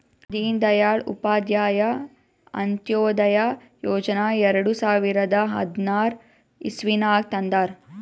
ದೀನ್ ದಯಾಳ್ ಉಪಾಧ್ಯಾಯ ಅಂತ್ಯೋದಯ ಯೋಜನಾ ಎರಡು ಸಾವಿರದ ಹದ್ನಾರ್ ಇಸ್ವಿನಾಗ್ ತಂದಾರ್